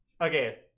Okay